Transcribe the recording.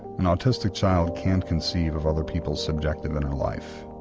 an autistic child can't conceive of other people's objective in their life.